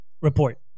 report